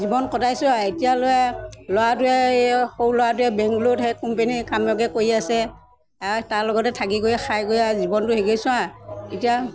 জীৱন কটাইছোঁ আৰু এতিয়ালৈ ল'ৰাটোৱে এই সৰু ল'ৰাটোৱে বেংগোলৰত সেই কোম্পেনীৰ কামকে কৰি আছে আৰু তাৰ লগতে থাকি কৰি খাই কৰি আৰু জীৱনটো হেৰি কৰিছোঁ আৰু এতিয়া